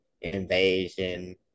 invasion